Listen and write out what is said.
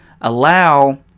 allow